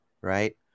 right